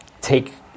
take